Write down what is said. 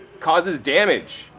causes damage.